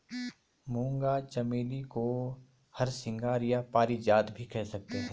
मूंगा चमेली को हरसिंगार या पारिजात भी कहते हैं